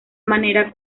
manera